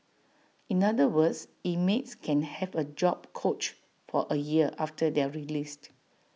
in other words inmates can have A job coach for A year after their released